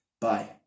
Bye